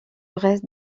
reste